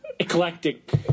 Eclectic